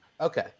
Okay